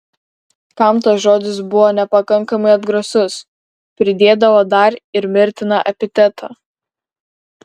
kam tas žodis buvo nepakankamai atgrasus pridėdavo dar ir mirtiną epitetą